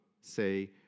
say